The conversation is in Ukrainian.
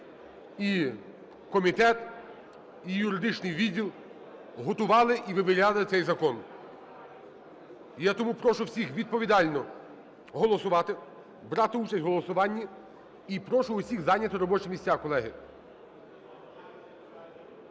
і комітет, і юридичний відділ готували і вивіряли цей закон. І я тому прошу всіх відповідально голосувати, брати участь у голосуванні. І прошу всіх зайняти робочі місця, колеги.